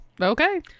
okay